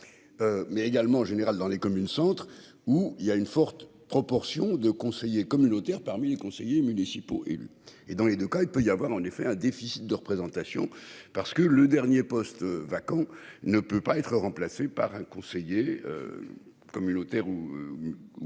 Mais également en général dans les communes centres où il y a une forte proportion de conseillers communautaires parmi les conseillers municipaux et dans les 2 cas il peut y avoir en effet un déficit. Présentation parce que le dernier poste vacant ne peut pas être remplacé par un conseiller. Communautaire ou. Ou municipal